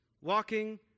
walking